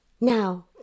Now